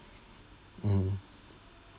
mmhmm